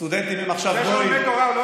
הסטודנטים הם עכשיו גויים?